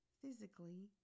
physically